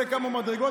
עולה כמה מדרגות,